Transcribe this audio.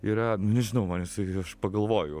yra nežinau man jisai aš pagalvoju